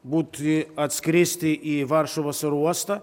būti atskristi į varšuvos oro uostą